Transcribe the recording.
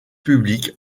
public